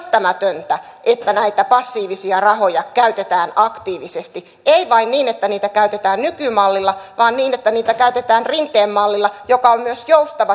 siksi on välttämätöntä että näitä passiivisia rahoja käytetään aktiivisesti ei vain niin että niitä käytetään nykymallilla vaan niin että niitä käytetään rinteen mallilla joka on myös joustava työnantajaan päin